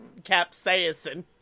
capsaicin